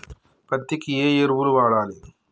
పత్తి కి ఏ ఎరువులు వాడాలి?